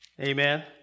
amen